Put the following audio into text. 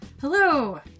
Hello